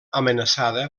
amenaçada